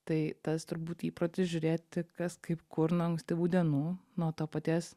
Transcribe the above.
tai tas turbūt įprotis žiūrėti kas kaip kur nuo ankstyvų dienų nuo to paties